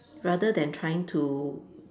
rather than trying to